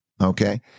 okay